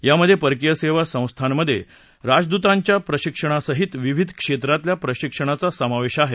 यामध्ये परकीय सेवा संस्थांमध्ये राजदुतांच्या प्रशिक्षणासहित विविध क्षेत्रातल्या प्रशिक्षणाचा समावेश आहे